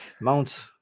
Mount